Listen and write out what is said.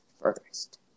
first